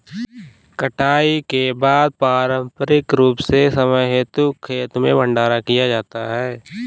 कटाई के बाद पारंपरिक रूप से कुछ समय हेतु खेतो में ही भंडारण किया जाता था